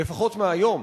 לפחות מהיום